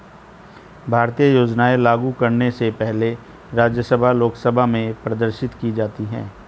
भारतीय योजनाएं लागू करने से पहले राज्यसभा लोकसभा में प्रदर्शित की जाती है